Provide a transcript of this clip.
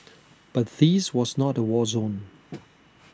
but this was not A war zone